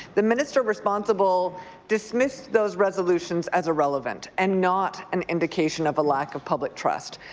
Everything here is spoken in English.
the minister responsible dismissed those resolutions as irrelevant and not an indication of a lack of public trust.